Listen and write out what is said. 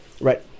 right